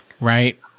right